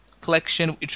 collection